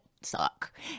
suck